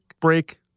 break